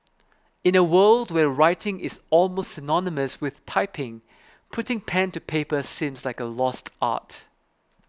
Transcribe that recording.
in a world where writing is almost synonymous with typing putting pen to paper seems like a lost art